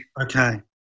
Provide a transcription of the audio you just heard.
Okay